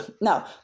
No